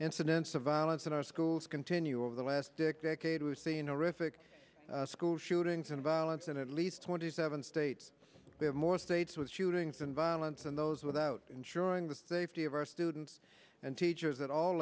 incidents of violence in our schools continue over the last pic decade we've seen our ific school shootings and violence in at least twenty seven states more states with shootings and violence than those without ensuring the safety of our students and teachers at all